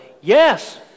Yes